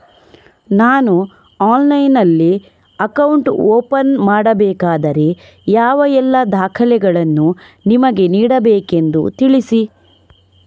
ನಾನು ಆನ್ಲೈನ್ನಲ್ಲಿ account open ಮಾಡಬೇಕಾದರೆ ಯಾವ ಎಲ್ಲ ದಾಖಲೆಗಳನ್ನು ನಿಮಗೆ ನೀಡಬೇಕೆಂದು ತಿಳಿಸಿ?